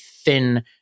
thin